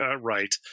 right